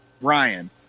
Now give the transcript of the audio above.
Ryan